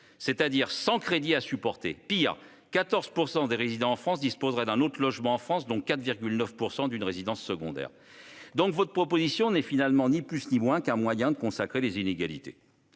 c'est-à-dire sans crédit à supporter. Pis, 14 % des résidents en France disposeraient d'un autre logement en France, 4,9 % d'une résidence secondaire. Votre proposition n'est finalement ni plus ni moins qu'un moyen de consacrer les inégalités.